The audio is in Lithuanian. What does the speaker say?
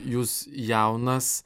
jūs jaunas